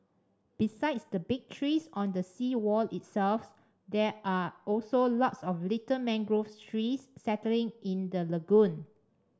besides the big trees on the seawall itself there are also lots of little mangrove trees settling in the lagoon